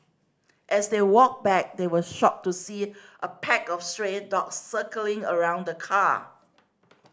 as they walked back they were shocked to see it a pack of stray dogs circling around the car